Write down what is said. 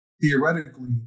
theoretically